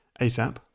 asap